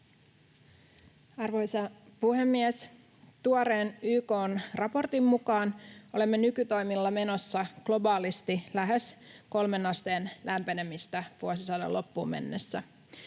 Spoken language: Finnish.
Arvoisa puhemies! Tuoreen YK:n raportin mukaan olemme nykytoimilla menossa globaalisti lähes 3 asteen lämpenemistä kohti vuosisadan loppuun mennessä.